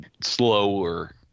slower